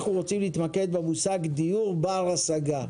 אנחנו רוצים להתמקד במושג "דיור בר השגה"